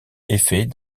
effet